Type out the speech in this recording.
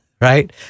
right